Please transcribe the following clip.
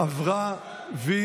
הרחבת היקף הזכויות),